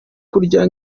kurya